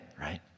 right